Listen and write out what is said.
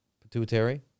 pituitary